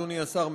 אדוני השר,